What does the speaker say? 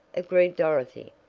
agreed dorothy.